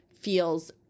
feels